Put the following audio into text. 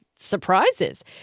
Surprises